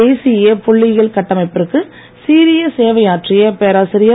தேசிய புள்ளியியல் கட்டமைப்பிற்கு சீரிய சேவை ஆற்றிய பேராசிரியர்